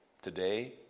today